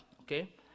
okay